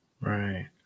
Right